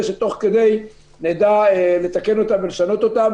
שתוך כדי נדע לתקן אותם ולשנות אותם.